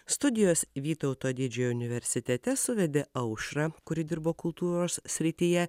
studijos vytauto didžiojo universitete suvedė aušrą kuri dirbo kultūros srityje